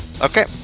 Okay